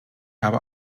habe